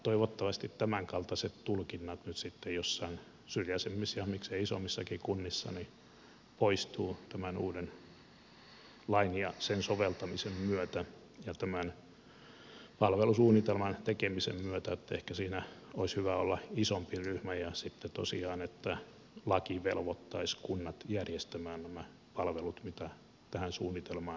toivottavasti tämän kaltaiset tulkinnat nyt joissain syrjäisemmissä ja miksei isommissakin kunnissa poistuvat tämän uuden lain ja sen soveltamisen myötä ja tämän palvelusuunnitelman tekemisen myötä ja ehkä siinä olisi hyvä olla isompi ryhmä ja sitten tosiaan laki velvoittaisi kunnat järjestämään nämä palvelut mitä tähän suunnitelmaan sisältyy